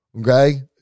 Okay